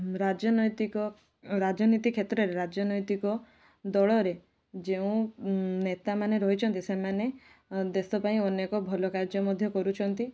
ରାଜନୈତିକ ରାଜନୀତି କ୍ଷେତ୍ରରେ ରାଜନୈତିକ ଦଳରେ ଯେଉଁ ନେତାମାନେ ରହିଛନ୍ତି ସେମାନେ ଦେଶ ପାଇଁ ଅନେକ ଭଲ କାର୍ଯ୍ୟ ମଧ୍ୟ କରୁଛନ୍ତି